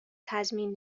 تضمین